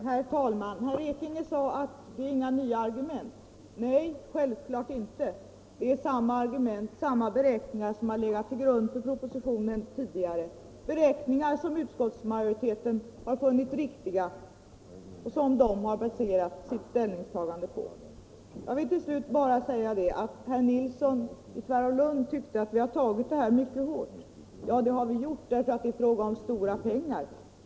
Herr talman! Herr Ekinge sade att inga nya argument hade framkommit. Nej, självklart inte. Samma beräkningar har legat till grund för propositionen, beräkningar som utskottsmajoriteten har funnit riktiga och som den har baserat sitt ställningstagande på. Herr Nilsson i Tvärålund tyckte att vi har tagit detta mycket hårt. — Nr 85 Ja, det har vi gjort, eftersom det är fråga om stora pengar.